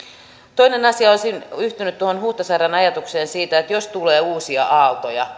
toinen asia olisin yhtynyt tuohon huhtasaaren ajatukseen jos vielä mahdollisesti tulee uusia aaltoja